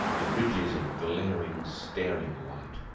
and ridges of glaring, staring white.